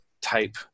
type